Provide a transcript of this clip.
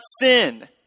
sin